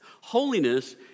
Holiness